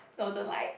Northern Light